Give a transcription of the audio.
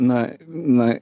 na na